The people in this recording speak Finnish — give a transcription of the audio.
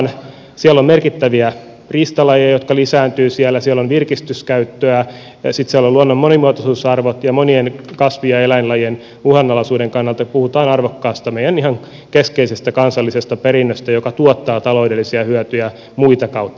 siellä on merkittäviä riistalajeja jotka lisääntyvät siellä siellä on virkistyskäyttöä sitten siellä on luonnon monimuotoisuusarvot ja monien kasvi ja eläinlajien uhanalaisuuden kannalta puhutaan arvokkaasta meidän ihan keskeisestä kansallisesta perinnöstä joka tuottaa taloudellisia hyötyjä muuta kautta